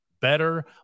better